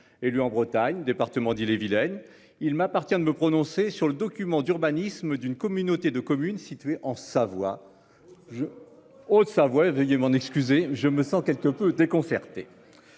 et en Bretagne, département d'Ille-et-Vilaine il m'appartient de me prononcer sur le document d'urbanisme d'une communauté de communes situées en Savoie je Haute-Savoie veuillez m'en excuser. Je me sens quelque peu déconcerté.